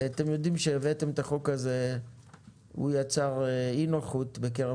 אתם יודעים שכאשר הבאתם את החוק הזה הוא יצר אי נוחות בקרב